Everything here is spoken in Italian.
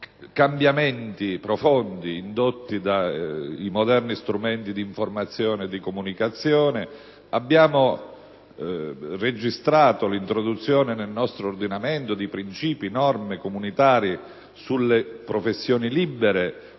cambiamenti epocali indotti dai moderni strumenti di informazione e comunicazione, l'introduzione nel nostro ordinamento di princìpi e norme comunitarie sulle professioni libere,